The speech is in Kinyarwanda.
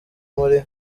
muri